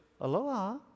aloha